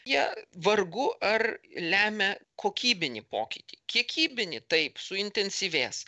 jie vargu ar lemia kokybinį pokytį kiekybinį taip suintensyvės